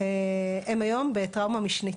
שנמצאים היום בטראומה משנית.